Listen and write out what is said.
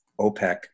OPEC